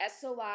soi